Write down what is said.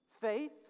faith